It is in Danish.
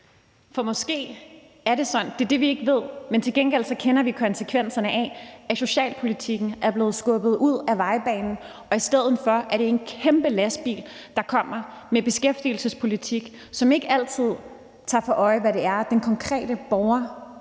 For måske er det sådan – det er det, vi ikke ved – men til gengæld kender vi konsekvenserne af, at socialpolitikken er blevet skubbet ud af vejbanen, og at det i stedet for er en kæmpe lastbil, der kommer med en beskæftigelsespolitik, som ikke altid har for øje, hvad det er, den konkrete borger,